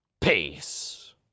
peace